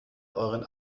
euren